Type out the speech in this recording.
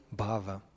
bhava